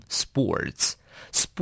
sports